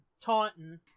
taunting